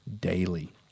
daily